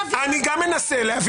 אני מנסה להבין -- גם אני מנסה להבין.